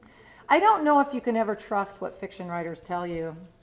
i don't know if you can ever trust what fiction writers tell you.